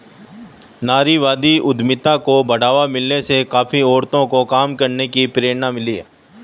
नारीवादी उद्यमिता को बढ़ावा मिलने से काफी औरतों को काम करने की प्रेरणा मिली है